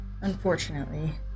Unfortunately